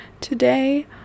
Today